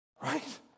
Right